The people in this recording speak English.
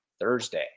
Thursday